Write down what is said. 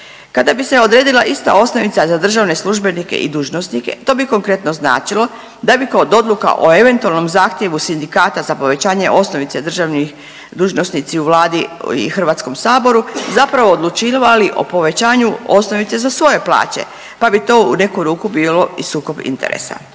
Kada bi se odredila ista osnovica za državne službenike i dužnosnike to bi konkretno značilo da bi kod odluka o eventualnom zahtjevu sindikata za povećanje osnovice državnih dužnosnici u Vladi i HS zapravo odlučivali o povećanju osnovice za svoje plaće, pa bi to u neku ruku bilo i sukob interesa.